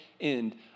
end